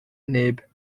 neb